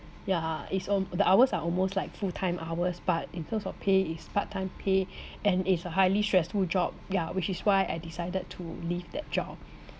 ya it's al~ the hours are almost like full-time hours but in terms of pay it's part-time pay and it's a highly stressful job ya which is why I decided to leave that job